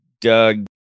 Doug